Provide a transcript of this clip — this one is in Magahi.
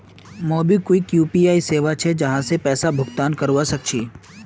मोबिक्विक यू.पी.आई सेवा छे जहासे पैसा भुगतान करवा सक छी